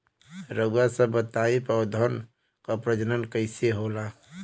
रउआ सभ बताई पौधन क प्रजनन कईसे होला?